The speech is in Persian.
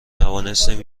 توانستیم